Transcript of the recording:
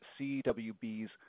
CWB's